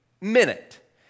minute